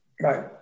Right